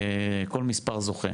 כל מספר זוכה.